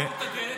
תסגור את הדלת,